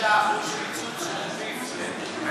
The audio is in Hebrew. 5.6% קיצוץ רוחבי, flat.